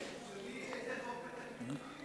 איזה חוק מתקנים בדיוק?